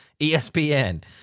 ESPN